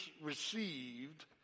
received